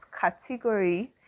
category